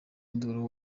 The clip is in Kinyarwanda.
induru